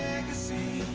legacy